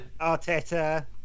arteta